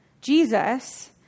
Jesus